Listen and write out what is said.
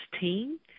team